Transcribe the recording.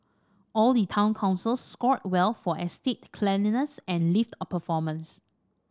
all the town councils scored well for estate cleanliness and lift performance